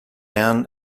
down